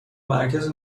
مرکز